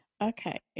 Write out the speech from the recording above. Okay